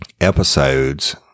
episodes